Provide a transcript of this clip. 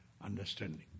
understanding